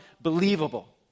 believable